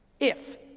if,